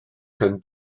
can